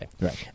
Right